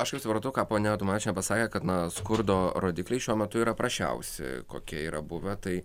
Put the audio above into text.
aš jau supratau ką ponia adomavičienė pasakė kad na skurdo rodikliai šiuo metu yra prasčiausi kokie yra buvę tai